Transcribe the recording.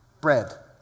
bread